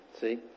See